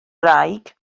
wraig